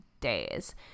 days